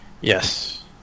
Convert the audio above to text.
Yes